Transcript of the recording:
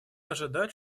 ожидать